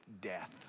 death